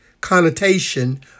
connotation